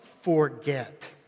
forget